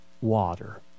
water